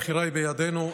הבחירה היא בידינו,